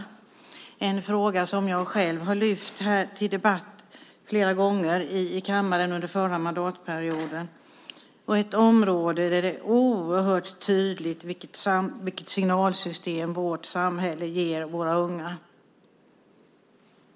Det är en fråga som jag själv har lyft upp till debatt flera gånger här i kammaren under den förra mandatperioden och ett område där det är oerhört tydligt vilket signalsystem vårt samhälle ger våra unga.